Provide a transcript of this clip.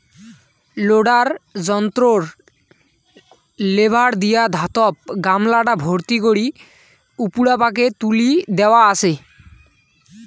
loader যন্ত্রর lever দিয়া ধাতব গামলাটা ভর্তি করি উপুরা পাকে তুলি দ্যাওয়া আচে